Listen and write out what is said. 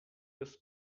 bez